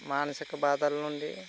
మానసిక బాధల నుండి